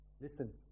listen